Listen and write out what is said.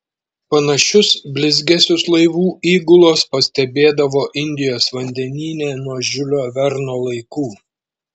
panašius blizgesius laivų įgulos pastebėdavo indijos vandenyne nuo žiulio verno laikų